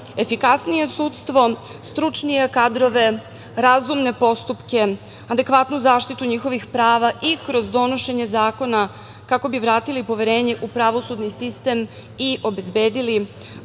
efikasnije sudstvo stručnije kadrove, razumne postupke, adekvatnu zaštitu njihovih prava i kroz donošenje zakona kako bi vratili poverenje u pravosudni sistem i obezbedili